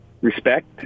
Respect